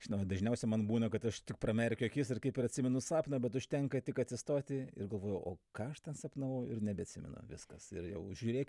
žinoma dažniausia man būna kad aš tik pramerkiu akis ir kaip ir atsimenu sapną bet užtenka tik atsistoti ir galvoju o ką aš ten sapnavau ir nebeatsimenu viskas ir jau žiūrėk